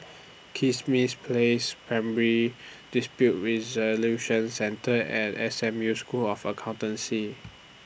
Kismis Place Primary Dispute Resolution Centre and S M U School of Accountancy